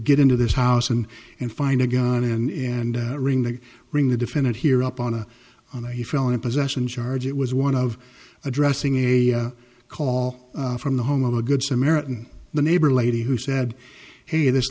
get into this house and and find a gun and ring the ring the defendant here up on a on a felony possession charge it was one of addressing a call from the home of a good samaritan the neighbor lady who said hey this